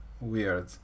weird